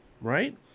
right